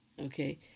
Okay